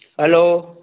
hello